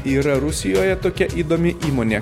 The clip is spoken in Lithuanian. yra rusijoje tokia įdomi įmonė